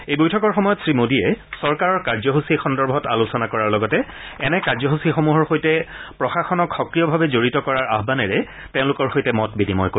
এই বৈঠকৰ সময়ত শ্ৰীমোদীয়ে চৰকাৰৰ কাৰ্যসূচী সন্দৰ্ভত আলোচনা কৰাৰ লগতে এনে কাৰ্যসূচীসমূহৰ সৈতে প্ৰশাসনক সক্ৰিয়ভাৱে জড়িত কৰাৰ আহানেৰে তেওঁলোকৰ সৈতে মত বিনিময় কৰিব